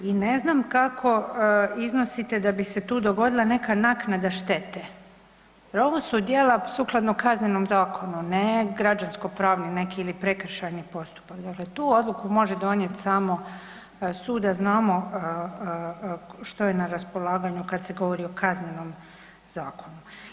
I ne znam kako iznosite da bi se tu dogodila neka naknada štete jer ovo su djela sukladno Kaznenom zakonu a ne građansko-pravni ili neki prekršajni postupak, dakle tu odluku može donijet samo sud a znamo što je na raspolaganju kad se govori o Kaznenom zakonu.